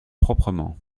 proprement